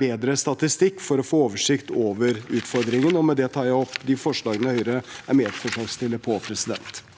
bedre statistikk for å få oversikt over utfordringen. Med det tar jeg opp de forslagene Høyre er medforslagsstiller på. Presidenten